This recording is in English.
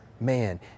man